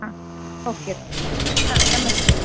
ಹಾಂ ಓಕೆ ರಿ ಹಾಂ ನಮಸ್ತೆ